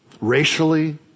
racially